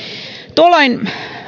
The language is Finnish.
tuolloin